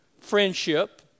friendship